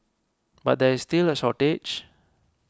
but there is still a shortage